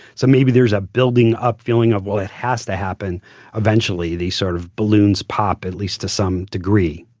so maybe there's a building-up feeling of, well, it has to happen eventually, the sort of balloons pop at least to some degree.